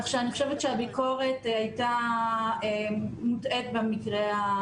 אני חושבת שהביקורת הייתה מוטעית במקרה הזה.